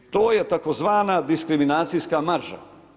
To je tzv. diskriminacijska marža.